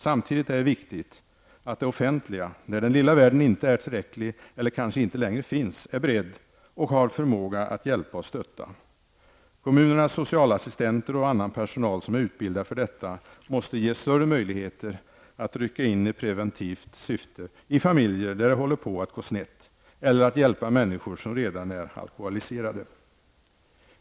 Samtidigt är det viktigt att det offentliga, när den lilla världen inte är tillräcklig, eller kanske inte längre finns, är beredd och har förmåga att hjälpa och stötta. Kommunernas socialassistenter och annan personal, som är utbildad för detta, måste ges större möjligheter att rycka in i preventivt syfte i familjer där det håller på att gå snett eller att hjälpa människor som redan är alkoholiserade.